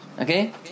okay